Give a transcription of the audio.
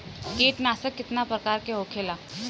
कीटनाशक कितना प्रकार के होखेला?